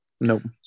Nope